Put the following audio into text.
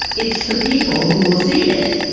it's the people who will see it.